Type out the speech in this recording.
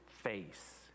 face